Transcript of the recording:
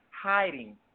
hiding